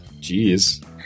jeez